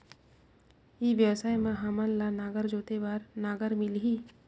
ई व्यवसाय मां हामन ला नागर जोते बार नागर मिलही?